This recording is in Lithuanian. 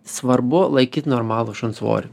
svarbu laikyt normalų šuns svorį